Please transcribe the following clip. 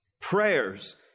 prayers